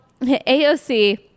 AOC